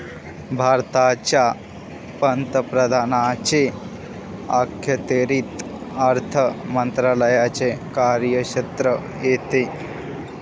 भारताच्या पंतप्रधानांच्या अखत्यारीत अर्थ मंत्रालयाचे कार्यक्षेत्र येते